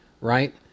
right